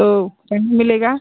तो कहीं मिलेगा